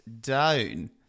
down